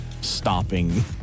stopping